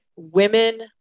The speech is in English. women